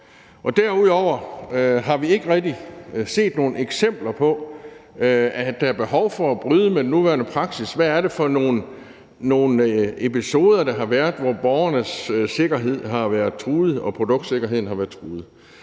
Derudover har vi ikke rigtig set nogen eksempler på, at der er behov for at bryde med den nuværende praksis. Hvad er det for nogle episoder, der har været, hvor borgernes sikkerhed har været truet,